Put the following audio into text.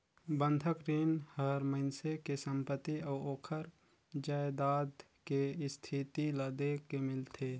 बंधक रीन हर मइनसे के संपति अउ ओखर जायदाद के इस्थिति ल देख के मिलथे